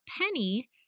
penny